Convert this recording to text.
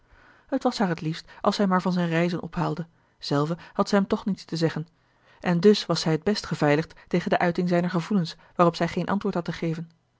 het was haar het liefst als hij maar van zijne reizen ophaalde zelve had ze hem toch niets te zeggen en dus was zij het best beveiligd tegen de uiting zijner gevoelens waarop zij geen antwoord had te geven